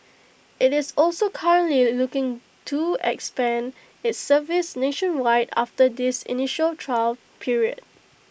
IT is also currently looking to expand its service nationwide after this initial trial period